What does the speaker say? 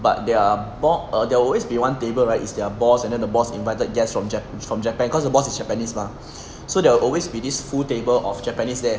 but their board err they'll always be one table right is their boss and then the boss invited guests from Japan from Japan cause the boss is japanese mah so there will always be this full table of japanese there